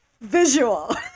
visual